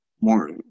More